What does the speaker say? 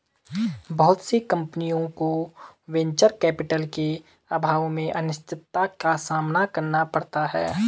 बहुत सी कम्पनियों को वेंचर कैपिटल के अभाव में अनिश्चितता का सामना करना पड़ता है